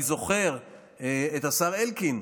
אני זוכר את השר אלקין,